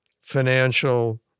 financial